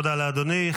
תודה לאדוני.